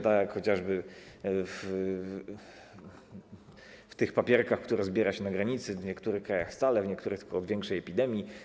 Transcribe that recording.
Tak jak chociażby w tych papierkach, które zbiera się na granicy, w niektórych krajach stale, w niektórych tylko podczas większej epidemii.